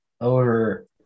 over